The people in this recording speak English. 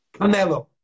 Canelo